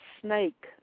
snake